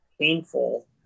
painful